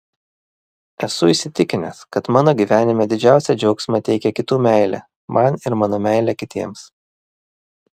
esu įsitikinęs kad mano gyvenime didžiausią džiaugsmą teikia kitų meilė man ir mano meilė kitiems